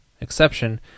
exception